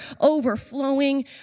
overflowing